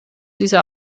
diese